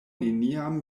neniam